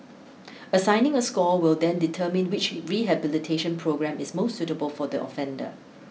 assigning a score will then determine which rehabilitation programme is most suitable for the offender